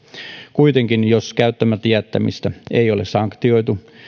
kuitenkin jos käyttämättä jättämistä ei ole sanktioitu